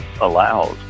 allows